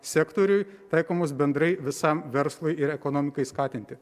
sektoriui taikomos bendrai visam verslui ir ekonomikai skatinti